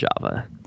Java